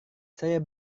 saya